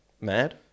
mad